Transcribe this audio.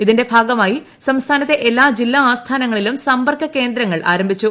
ഇതിന്റെ ഭാഗമായി സംസ്ഥാനത്തെ എല്ലാ ജില്ലാ ആസ്ഥാനങ്ങളിലും സമ്പർക്ക കേന്ദ്രങ്ങൾ ആരംഭിച്ചു